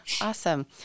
Awesome